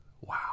Wow